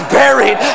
buried